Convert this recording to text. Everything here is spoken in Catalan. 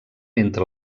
entre